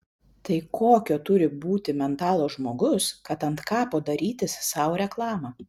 tai kokio turi būti mentalo žmogus kad ant kapo darytis sau reklamą